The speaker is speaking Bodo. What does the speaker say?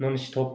नन स्टब